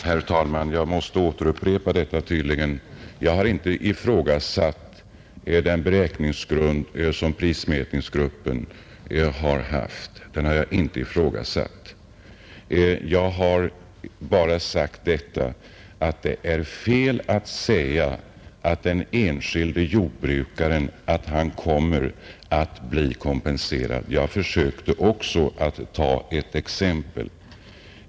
Herr talman! Tydligen måste jag återupprepa mitt resonemang. Jag har inte ifrågasatt den beräkningsgrund som prismätningsgruppen har haft. Jag har bara sagt att det är fel att påstå att den enskilde jordbrukaren kommer att bli kompenserad, och jag försökte att visa det med ett exempel.